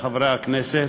הכנסת,